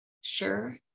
sure